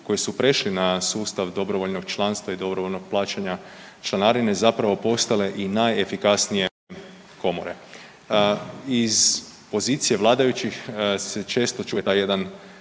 koji su prešli na sustav dobrovoljnog članstva i dobrovoljnog plaćanja članarine zapravo postale i najefikasnije Komore. Iz pozicije vladajućih se često čuje taj jedan